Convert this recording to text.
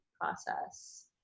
process